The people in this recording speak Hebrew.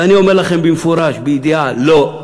ואני אומר לכם במפורש, בידיעה: לא.